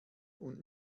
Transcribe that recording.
und